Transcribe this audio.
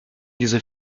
dieser